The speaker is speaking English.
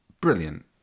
Brilliant